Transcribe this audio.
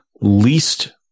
least